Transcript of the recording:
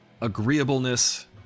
agreeableness